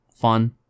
fun